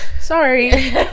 Sorry